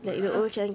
no lah